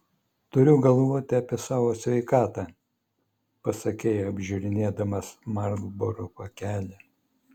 turiu galvoti apie savo sveikatą pasakei apžiūrinėdamas marlboro pakelį